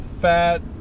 fat